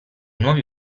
nuovi